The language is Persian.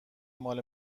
مال